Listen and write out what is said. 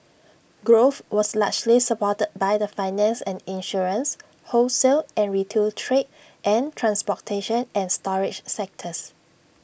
growth was largely supported by the finance and insurance wholesale and retail trade and transportation and storage sectors